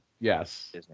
yes